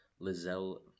Lizelle